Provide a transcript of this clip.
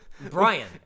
Brian